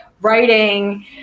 writing